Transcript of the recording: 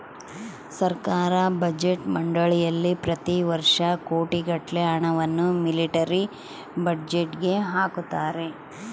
ಸರ್ಕಾರ ಬಜೆಟ್ ಮಂಡಳಿಯಲ್ಲಿ ಪ್ರತಿ ವರ್ಷ ಕೋಟಿಗಟ್ಟಲೆ ಹಣವನ್ನು ಮಿಲಿಟರಿ ಬಜೆಟ್ಗೆ ಹಾಕುತ್ತಾರೆ